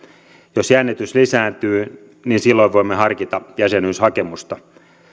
jos jännitys lisääntyy niin silloin voimme harkita jäsenyyshakemusta